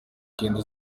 ingendo